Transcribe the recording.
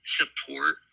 support